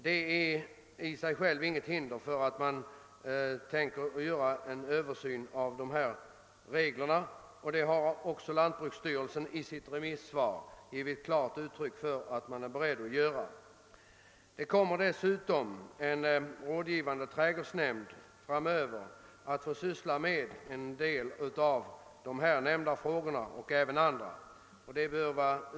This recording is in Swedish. Detta är emellertid i och för sig inget hinder för en översyn av dessa regler, och lantbruksstyrelsen har också i sitt remissyttrande givit klart uttryck för att man är beredd att göra en sådan. En rådgivande trädgårdsnämnd kommer dessutom framöver att få ägna sig åt en del av de nämnda frågorna liksom också en del andra.